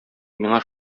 миңа